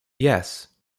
yes